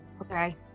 Okay